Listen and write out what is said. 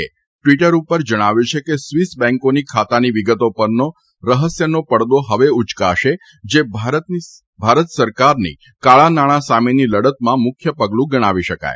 એ Twitter ઉપર જણાવ્યું છે કે સ્વીસ બેંકોની ખાતાની વિગતો પરનો રહસ્યનો પડદો હવે ઉચકાશે જે ભારત સરકારની કાળાનાણાં સામેની લડતમાં મુખ્ય પગલું ગણાવી શકાય